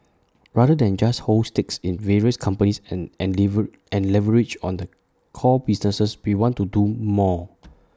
rather than just hold stakes in various companies and and leave and leverage on the core businesses we want to do more